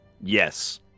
Yes